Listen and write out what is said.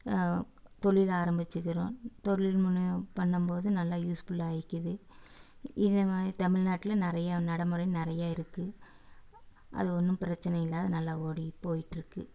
தொழில் ஆரம்பித்துக்கிறோம் தொழில் முனை பண்ணும் போது நல்லா யூஸ்ஃபுல்லாக வைக்கிது இதமாக தமிழ்நாட்டில் நிறையா நடைமுறை நிறையா இருக்குது அது ஒன்றும் பிரச்சனையில்லை நல்லா ஓடி போயிட்டிருக்கு